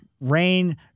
rain